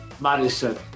Madison